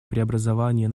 преобразования